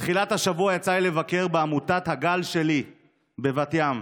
בתחילת השבוע יצא לי לבקר בעמותת הגל שלי בבת ים.